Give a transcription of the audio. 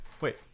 Wait